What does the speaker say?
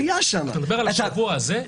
אתה מדבר על השבוע הזה?